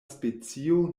specio